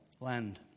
land